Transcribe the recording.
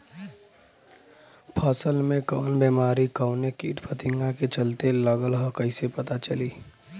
फसल में कवन बेमारी कवने कीट फतिंगा के चलते लगल ह कइसे पता चली?